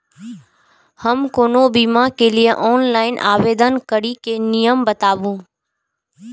हम कोनो बीमा के लिए ऑनलाइन आवेदन करीके नियम बाताबू?